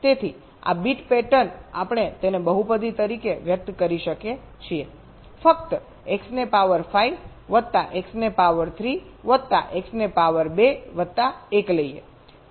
તેથી આ bit pattern આપણે તેને બહુપદી તરીકે વ્યક્ત કરી શકીએ છીએ ફક્ત x ને પાવર 5 વત્તા x ને પાવર 3 વત્તા x ને પાવર 2 વત્તા 1 લઈએ